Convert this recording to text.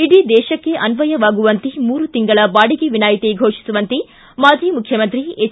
ಇಡೀ ದೇಶಕ್ಕೆ ಅನ್ವಯವಾಗುವಂತೆ ಮೂರು ತಿಂಗಳ ಬಾಡಿಗೆ ವಿನಾಯಿತಿ ಘೋಷಿಸುವಂತೆ ಮಾಜಿ ಮುಖ್ಯಮಂತ್ರಿ ಎಚ್